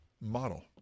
model